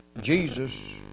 Jesus